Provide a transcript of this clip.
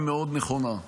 היא נכונה מאוד.